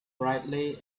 brightly